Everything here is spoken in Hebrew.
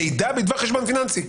המידע בדבר חשבון פיננסי.